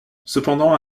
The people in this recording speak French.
cependant